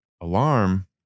Alarm